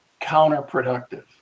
counterproductive